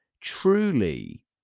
truly